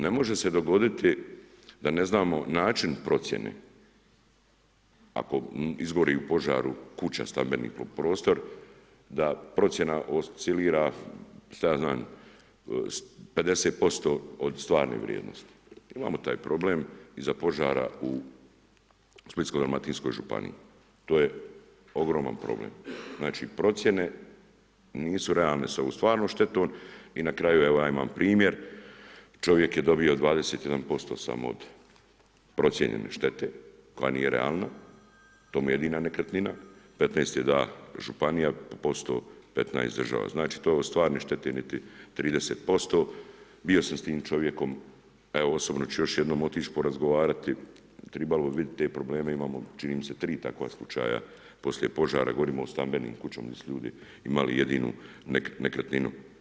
Ne može se dogoditi da ne znamo način procjene ako izgori u požaru kuća, stambeni prostor da procjena oscilira šta je znam 50% od stvarne vrijednosti, imamo taj problem iza požara u Splitsko-dalmatinskoj županiji, to je ogroman problem. znači procjene nisu realne s ovom stvarnom štetom i na kraju ja imam primjer, čovjek je dobio 21% samo od procijenjene štete koja nije realna, to mu je jedina nekretnina, 15 je dala županija posto, 15 država, to stvarne štete niti 30%. bio sam s tim čovjekom, evo osobno ću još jednom otić porazgovarati, tribalo bi vidit te probleme, imamo čini mi se 3 takva slučaja poslije požara, govorim o stambenim kućama gdje su ljudi imali jedinu nekretninu.